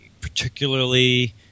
particularly